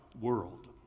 world